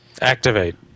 Activate